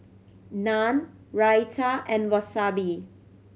Naan Raita and Wasabi